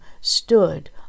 stood